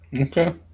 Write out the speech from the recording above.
Okay